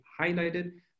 highlighted